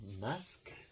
Mask